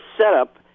setup